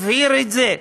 הוא הבהיר את זה,